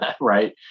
right